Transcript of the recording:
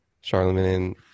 Charlemagne